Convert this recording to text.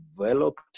developed